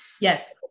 Yes